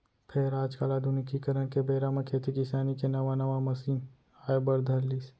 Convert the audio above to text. फेर आज काल आधुनिकीकरन के बेरा म खेती किसानी के नवा नवा मसीन आए बर धर लिस